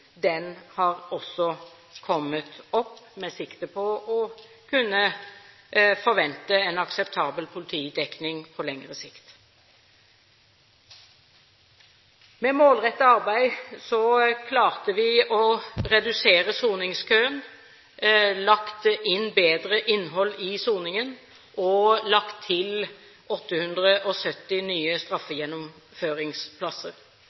Den har også kommet opp med sikte på å kunne forvente en akseptabel politidekning på lengre sikt. Med målrettet arbeid har vi klart å redusere soningskøen, lagt inn bedre innhold i soningen og fått 870 nye